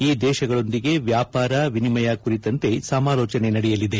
ಈ ದೇಶಗಳೊಂದಿಗೆ ವ್ಯಾಪಾರ ವಿನಿಮಯ ಕುರಿತಂತೆ ಸಮಾಲೋಚನೆ ನಡೆಯಲಿದೆ